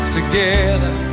together